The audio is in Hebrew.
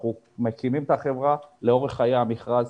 אנחנו מקימים את החברה לאורך חיי המכרז,